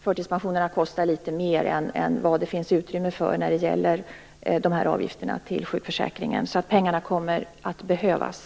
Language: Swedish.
Förtidspensionerna kostar litet mer än vad det finns utrymme för genom avgifterna till sjukförsäkringen. Pengarna kommer att behövas.